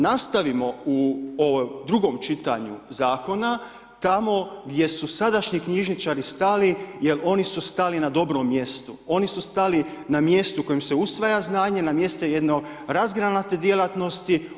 Nastavimo u ovom drugom čitanju zakona, tamo gdje su sadašnji knjižničari stali jer oni su stali na dobrom mjestu, oni su stali na mjestu na kojem se usvaja zvanje, na mjestu jedne razgranate djelatnosti.